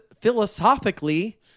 philosophically